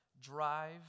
drive